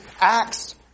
acts